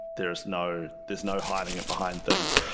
there's no there's no hiding it behind things.